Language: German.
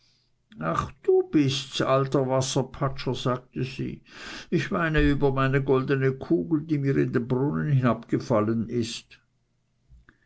ach du bists alter wasserpatscher sagte sie ich weine über meine goldene kugel die mir in den brunnen hinabgefallen ist